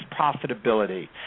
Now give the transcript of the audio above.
profitability